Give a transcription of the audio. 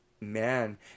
man